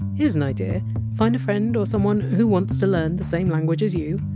here's an idea find a friend or someone who wants to learn the same language as you,